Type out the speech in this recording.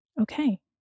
okay